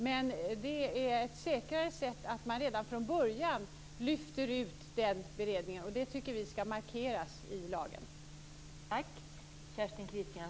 Men det är ett säkrare sätt att man redan från början lyfter ut den beredningen. Det tycker vi skall markeras i lagen.